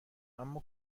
اما